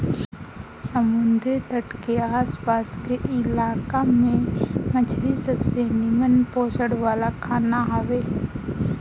समुंदरी तट के आस पास के इलाका में मछरी सबसे निमन पोषण वाला खाना हवे